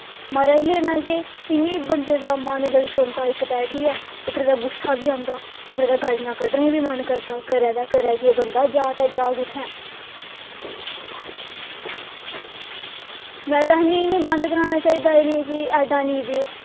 मारज लैनां केह् इ'यां गै बंदे दा मन ललचोंदा इक ते उप्परे दा गुस्सा बी आंदा उप्परा दा गालियां कड्डने दा बी मन करदा करै तां करै केह् बंदा जा ते जा कुत्थै में ते आखनीं इ'नें गी बंद कराना चाहिदा इ'नें गी ऐडां नेईं देओ